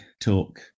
talk